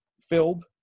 filled